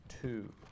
Two